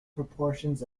proportions